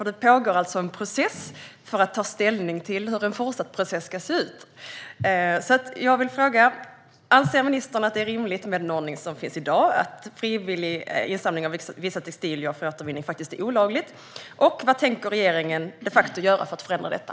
Det pågår alltså en process för att ta ställning till hur en fortsatt process ska se ut. Anser ministern att det är rimligt med den ordning som finns i dag - att frivillig insamling av vissa textilier för återvinning faktiskt är olaglig? Vad tänker regeringen de facto göra för att förändra detta?